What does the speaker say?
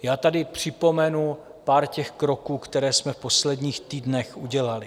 Já tady připomenu pár těch kroků, které jsme v posledních týdnech udělali.